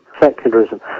secularism